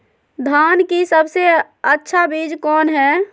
धान की सबसे अच्छा बीज कौन है?